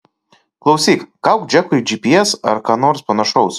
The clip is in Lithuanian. klausyk gauk džekui gps ar ką nors panašaus